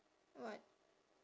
what